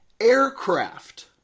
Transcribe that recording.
aircraft